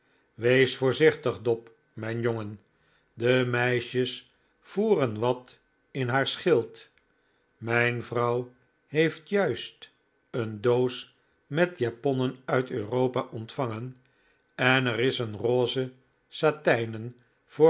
wees voorzichtig dob mijn jongen de meisjes voeren wat in haar schild mijn vrouw heeft juist een doos met japonnen uit europa ontvangen en er is een rose satijnen voor